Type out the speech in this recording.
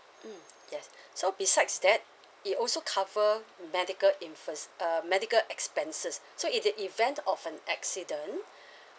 mm yes so besides that it also cover medical inference uh medical expenses so in the event of an accident